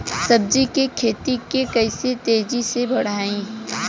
सब्जी के खेती के कइसे तेजी से बढ़ाई?